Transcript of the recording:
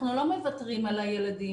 אנחנו לא מוותרים על הילדים.